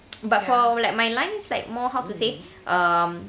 but for like my line is like more how to say um